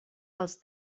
els